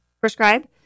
prescribe